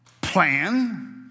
plan